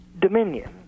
dominion